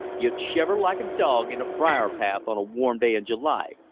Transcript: you'd shiver like a dog in a briar path on a warm day in july,